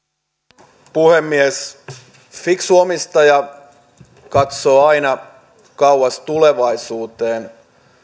arvoisa puhemies fiksu omistaja katsoo aina kauas tulevaisuuteen